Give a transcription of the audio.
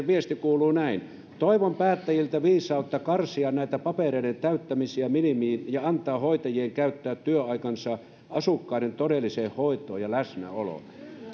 viesti kuuluu näin toivon päättäjiltä viisautta karsia näitä papereiden täyttämisiä minimiin ja antaa hoitajien käyttää työaikansa asukkaiden todelliseen hoitoon ja läsnäoloon